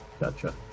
gotcha